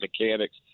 mechanics